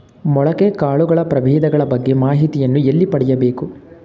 ಮೊಳಕೆ ಕಾಳುಗಳ ಪ್ರಭೇದಗಳ ಬಗ್ಗೆ ಮಾಹಿತಿಯನ್ನು ಎಲ್ಲಿ ಪಡೆಯಬೇಕು?